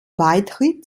beitritt